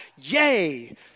yay